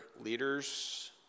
leaders